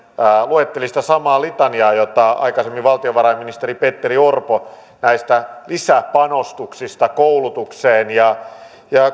luetteli sitä samaa litaniaa kuin aikaisemmin valtiovarainministeri petteri orpo näistä lisäpanostuksista koulutukseen